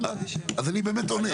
אז אני באמת עונה.